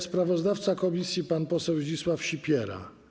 Sprawozdawca komisji, pan poseł Zdzisław Sipiera.